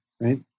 right